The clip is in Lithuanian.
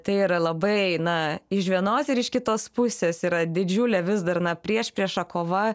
tai yra labai na iš vienos ir iš kitos pusės yra didžiulė vis dar na priešprieša kova